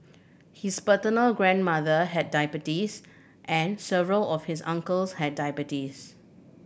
his paternal grandmother had diabetes and several of his uncles had diabetes